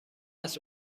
است